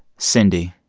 cindy,